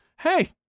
Hey